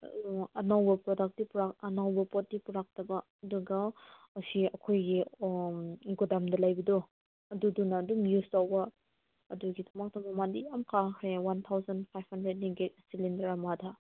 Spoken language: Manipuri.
ꯑꯅꯧꯕ ꯄ꯭ꯔꯗꯛꯇꯤ ꯄꯨꯔꯛ ꯑꯅꯧꯕ ꯄꯣꯠꯇꯤ ꯄꯨꯔꯛꯇꯕ ꯑꯗꯨꯒ ꯑꯁꯤ ꯑꯩꯈꯣꯏꯒꯤ ꯒꯣꯗꯥꯎꯟꯗ ꯂꯩꯕꯗꯣ ꯑꯗꯨꯗꯨꯅ ꯑꯗꯨꯝ ꯌꯨꯁ ꯇꯧꯕ ꯑꯗꯨꯒꯤꯗꯃꯛꯇ ꯃꯃꯜꯗꯤ ꯌꯥꯝ ꯀꯥꯈ꯭ꯔꯦ one thousand five hundred cylinder ꯑꯃꯗ